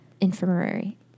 Infirmary